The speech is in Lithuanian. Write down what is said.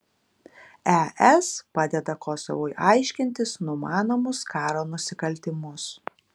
es padeda kosovui aiškintis numanomus karo nusikaltimus